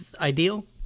ideal